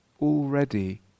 already